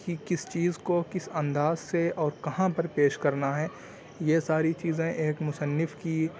کہ کس چیز کو کس انداز سے اور کہاں پر پیش کرنا ہے یہ ساری چیزیں ایک مصنف کی